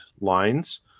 lines